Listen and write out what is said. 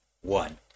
one